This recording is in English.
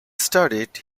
studied